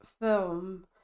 film